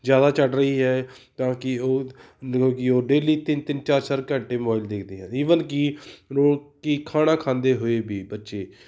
ਜ਼ਿਆਦਾ ਚੜ੍ਹ ਰਹੀ ਹੈ ਤਾਂ ਕਿ ਉਹ ਜਦੋਂ ਕਿ ਉਹ ਡੇਲੀ ਤਿੰਨ ਤਿੰਨ ਚਾਰ ਚਾਰ ਘੰਟੇ ਮੋਬਾਇਲ ਦੇਖਦੇ ਆ ਈਵਨ ਕਿ ਉਹ ਕਿ ਖਾਣਾ ਖਾਂਦੇ ਹੋਏ ਵੀ ਬੱਚੇ